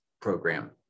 program